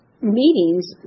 meetings